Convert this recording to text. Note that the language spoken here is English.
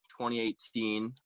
2018